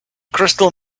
crystal